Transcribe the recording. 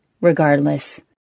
regardless